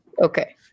Okay